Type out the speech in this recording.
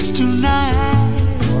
tonight